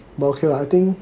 but okay lah I think